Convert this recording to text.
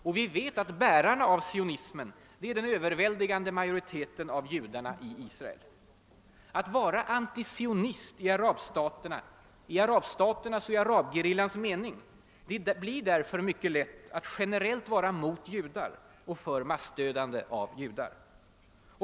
Och vi vet att bärarna av sionismen är den överväldigande majoriteten av judarna i Israel. Att vara antisionist i arabstaternas och arabgerillans mening blir därför mycket lätt att generellt vara mot »judar» och för massdödande av judar.